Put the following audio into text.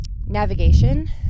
navigation